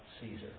Caesar